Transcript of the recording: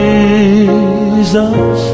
Jesus